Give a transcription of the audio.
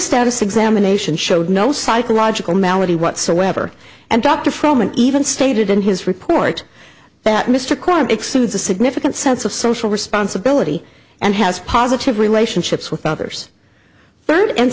status examination showed no psychological malady whatsoever and dr from an even stated in his report that mr crime exudes a significant sense of social responsibility and has positive relationships with others burned and